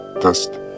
test